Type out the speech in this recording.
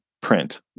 print